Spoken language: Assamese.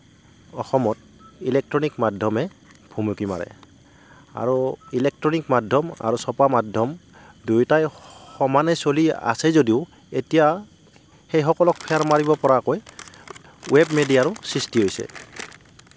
অসমত ইলেক্ট্ৰনিক মাধ্যমে ভুমুকি মাৰে আৰু ইলেক্ট্ৰনিক মাধ্যম আৰু চপা মাধ্যম দুয়োটাই সমানে চলি আছে যদিও এতিয়া সেই সকলক ফেৰ মাৰিব পৰাকৈ ৱেব মিডিয়াৰো সৃষ্টি হৈছে